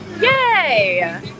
Yay